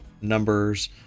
numbers